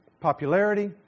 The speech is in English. popularity